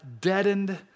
deadened